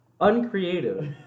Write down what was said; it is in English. uncreative